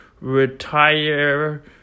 retire